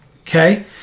okay